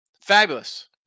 Fabulous